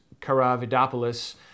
Karavidopoulos